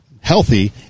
healthy